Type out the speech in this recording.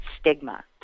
stigma